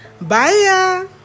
Bye